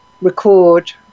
record